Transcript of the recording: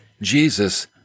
Jesus